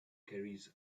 carries